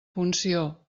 funció